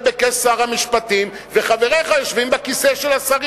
בכס שר המשפטים וחבריך יושבים בכיסאות של השרים